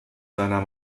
seiner